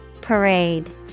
Parade